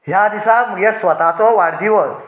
ह्या दिसा म्हजो स्वताचो वाडदिवस